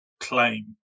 claim